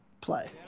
play